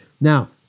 Now